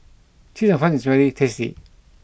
Chee Cheong Fun is very tasty